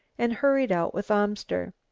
and hurried out with amster.